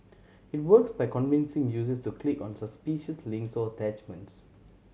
it works by convincing users to click on suspicious links or attachments